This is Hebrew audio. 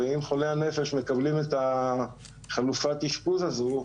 ואם חולי הנפש מקבלים את חלופת האשפוז הזו,